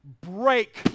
break